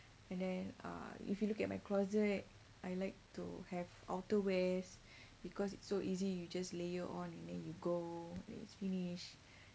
and then uh if you look at my closet I like to have outerwears because it's so easy you just layer on and then you go it's finish